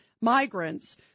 migrants